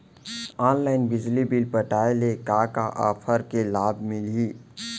Online बिजली bill पटाय ले का का ऑफ़र के लाभ मिलही?